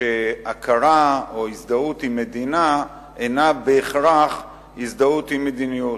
שהכרה או הזדהות עם מדינה אינה בהכרח הזדהות עם מדיניות.